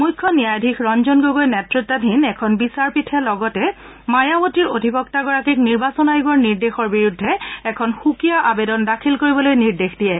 মূখ্য ন্যায়াধীশ ৰঞ্জন গগৈ নেত়তাধীন এখন বিচাৰপীঠে লগতে মায়াবতীৰ অধিবক্তাগৰাকীক নিৰ্বাচন আয়োগৰ নিৰ্দেশৰ বিৰুদ্ধে এখন সুকীয়া আবেদন দাখিল কৰিবলৈ নিৰ্দেশ দিয়ে